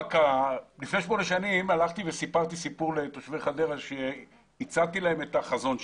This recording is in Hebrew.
לפני שמונה שנים סיפרתי סיפור לתושבי חדרה והצעתי להם את החזון שלי.